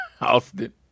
Austin